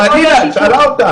תעני לה, היא שאלה אותך.